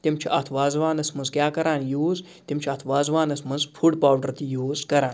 تِم چھِ اَتھ وازوانَس منٛز کیٛاہ کَران یوٗز تِم چھِ اَتھ وازوانَس منٛز فُڈ پاوڈَر تہِ یوٗز کَران